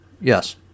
Yes